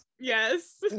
Yes